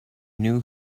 knew